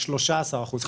13 אחוז,